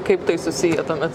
kaip tai susiję tuomet